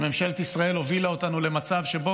שממשלת ישראל הובילה אותנו למצב שבו